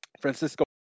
francisco